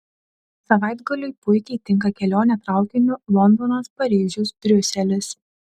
savaitgaliui puikiai tinka kelionė traukiniu londonas paryžius briuselis